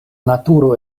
naturo